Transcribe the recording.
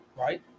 Right